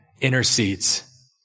intercedes